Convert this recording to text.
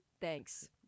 Thanks